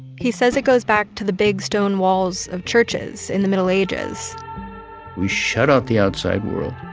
he says it goes back to the big stone walls of churches in the middle ages we shut out the outside world.